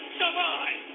survive